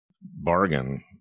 bargain